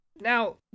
Now